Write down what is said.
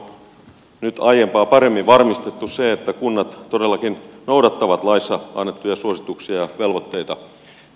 onko nyt aiempaa paremmin varmistettu se että kunnat todellakin noudattavat laissa annettuja suosituksia ja velvoitteita